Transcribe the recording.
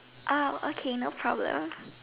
oh okay no problem